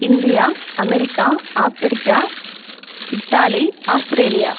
India America Africa Italy Australia